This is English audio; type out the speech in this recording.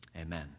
Amen